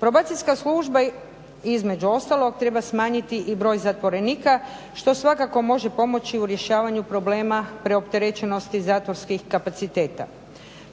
Probacijska služba između ostalog treba smanjiti i broj zatvorenika što svakako može pomoći u rješavanju problema preopterećenost zatvorskih kapaciteta.